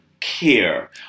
care